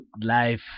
life